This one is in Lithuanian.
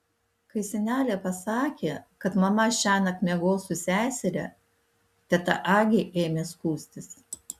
kai senelė pasakė kad mama šiąnakt miegos su seseria teta agė ėmė skųstis